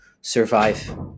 survive